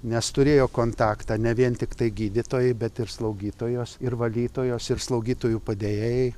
nes turėjo kontaktą ne vien tiktai gydytojai bet ir slaugytojos ir valytojos ir slaugytojų padėjėjai